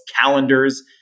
calendars